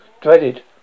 dreaded